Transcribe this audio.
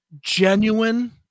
genuine